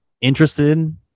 interested